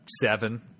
seven